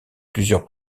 plusieurs